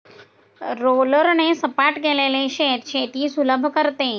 रोलरने सपाट केलेले शेत शेती सुलभ करते